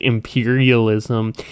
imperialism